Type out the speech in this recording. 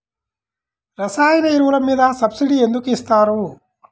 రసాయన ఎరువులు మీద సబ్సిడీ ఎందుకు ఇస్తారు?